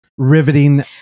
riveting